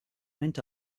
went